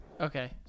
Okay